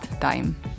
time